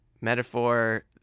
metaphor